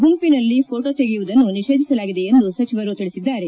ಗುಂಪಿನಲ್ಲಿ ಪೋಟೊ ತೆಗೆಯುವುದನ್ನು ನಿಷೇಧಿಸಲಾಗಿದೆ ಎಂದು ಸಚಿವರು ತಿಳಿಸಿದ್ದಾರೆ